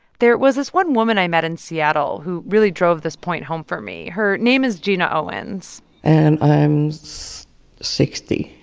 there was this one woman i met in seattle who really drove this point home for me. her name is gina owens and i'm sixty